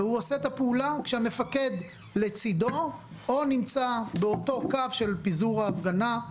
והוא עושה את הפעולה כשהמפקד לצידו או נמצא באותו קו של פיזור ההפגנה.